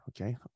okay